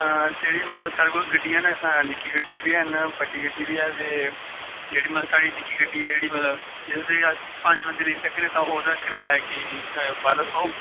जेह्ड़ी मतलब साढ़े कोल गड्डियां न निक्की गड्डी बी हैन बड्डी गड्डी बी ऐ ते जेह्ड़ी मतलब साढ़ी निक्की गड्डी ऐ ते जिंदे च अस पंज बंदे लेई सकने आं ओह्दा कराया ऐ कोई बारां सौ